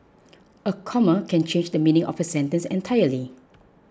a comma can change the meaning of a sentence entirely